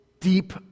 deep